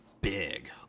Big